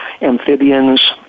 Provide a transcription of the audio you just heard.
amphibians